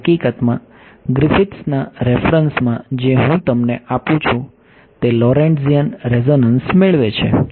તેથી હકીકતમાં ગ્રિફિથ્સના રેફરન્સમાં જે હું તમને આપું છું તે લોરેન્ટ્ઝિયન રેઝોનન્સ મેળવે છે